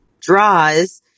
draws